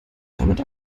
damit